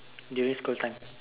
during school time